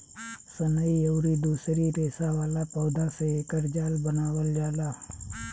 सनई अउरी दूसरी रेसा वाला पौधा से एकर जाल बनावल जाला